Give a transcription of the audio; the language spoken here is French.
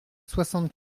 soixante